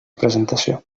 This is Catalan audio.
presentació